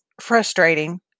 frustrating